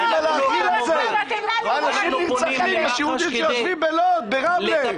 אנשים נרצחים בלוד, ברמלה.